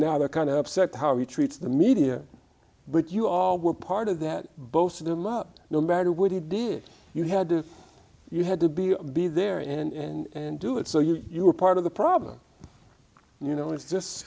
now they're kind of upset how he treats the media but you all were part of that both of them up no matter what he did you had to you had to be be there and do it so you were part of the problem you know it's just